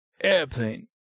Airplane